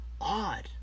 odd